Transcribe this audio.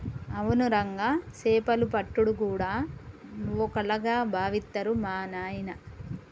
అవును రంగా సేపలు పట్టుడు గూడా ఓ కళగా బావిత్తరు మా నాయిన